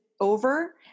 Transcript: over